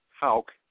Hauk